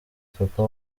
papa